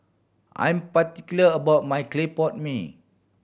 I'm particular about my clay pot mee